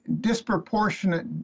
disproportionate